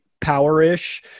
power-ish